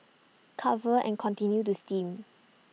cover and continue to steam